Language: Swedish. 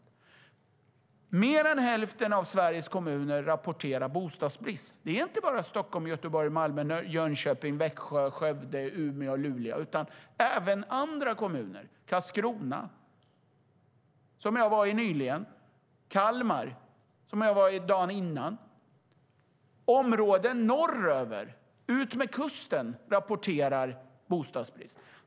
Mer än hälften av Sveriges kommuner rapporterar att de har bostadsbrist. Det är inte bara Stockholm, Göteborg, Malmö, Jönköping, Växjö, Skövde, Umeå och Luleå. Det är även andra kommuner, till exempel Karlskrona, som jag var i nyligen, och Kalmar, som jag också nyligen var i. Även områden norröver, utmed kusten, rapporterar om bostadsbrist.